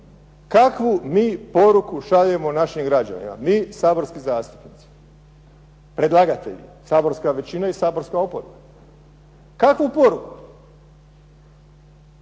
kakvu mi poruku šaljemo našim građanima, mi saborski zastupnici, predlagatelji, saborska većina i saborska oporba. Kakvu poruku?